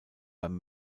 beim